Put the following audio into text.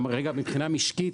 אלא גם מבחינה משקית,